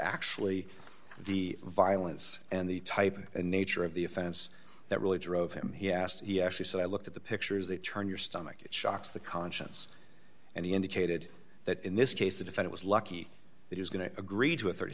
actually the violence and the type of nature of the offense that really drove him he asked he actually said i looked at the pictures they turn your stomach it shocks the conscience and he indicated that in this case that if it was lucky it is going to agree to a thirty